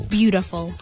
beautiful